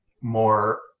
more